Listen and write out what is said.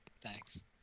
Thanks